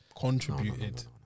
Contributed